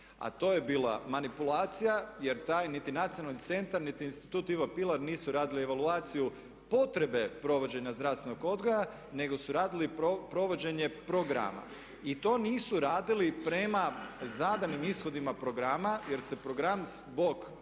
a to je bila manipulacija jer taj niti Nacionalni centar, niti Institut "Ivo Pilar" nisu radili evaluaciju potrebe provođenja zdravstvenog odgoja, nego su radili provođenje programa. I to nisu radili prema zadanim ishodima programa, jer se program zbog